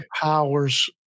powers